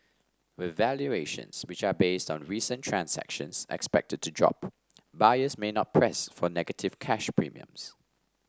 with valuations which are based on recent transactions expected to drop buyers may not press for negative cash premium